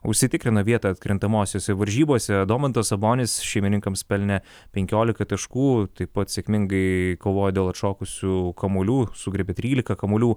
užsitikrino vietą atkrintamosiose varžybose domantas sabonis šeimininkams pelnė penkiolika taškų taip pat sėkmingai kovojo dėl atšokusių kamuolių sugriebė trylika kamuolių